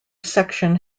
section